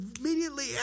immediately